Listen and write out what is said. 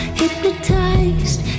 hypnotized